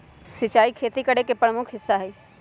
सिंचाई खेती करे के प्रमुख हिस्सा हई